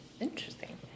Interesting